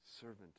servant